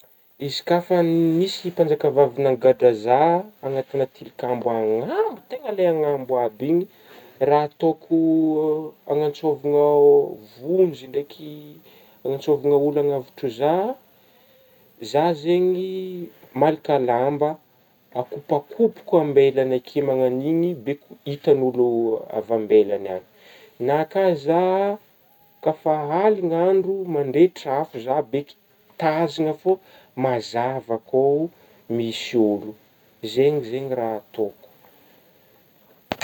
Izy ka fa n-nisy mpanjakavavy nangadra zah anatigna tilikambo agnambo tegna le agnambo aby igny, raha ataoko anatsôvigna vonjy ndraiky anatsôvigna ôlo agnavotra zah, zah zegny malaka lamba akopakopoko ambelagnakey malanigny be ko hitan'ôlo avy ambelagny agny, na ka zah ka fa aligny andro mandrehitra afo zah be ky tazagna fô mazava kô misy ôlo, zegny zegny raha ataoko.